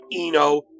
Eno